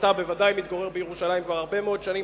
אתה בוודאי מתגורר בירושלים כבר הרבה מאוד שנים,